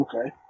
Okay